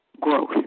growth